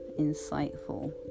insightful